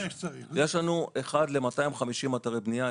יש לנו 1 ל-250 אתרי בנייה,